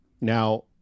Now